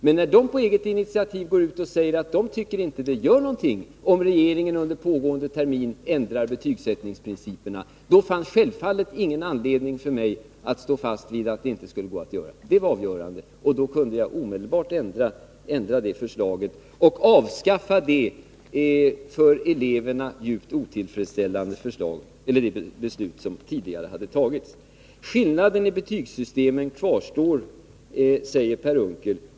Men när de på eget initiativ säger att de inte tycker att det gör någonting om regeringen under pågående termin ändrar betygsättningsprinciperna, fanns det självfallet ingen anledning för mig att stå fast vid att det inte skulle gå att göra det. Det var avgörande. Då kunde jag omedelbart ändra förslaget och avskaffa det för eleverna djupt otillfredsställande beslut som tidigare hade fattats. Skillnaden i betygssystemen kvarstår, säger Per Unckel.